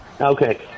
Okay